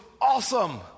awesome